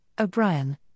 O'Brien